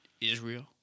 Israel